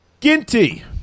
Ginty